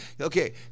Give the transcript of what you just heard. Okay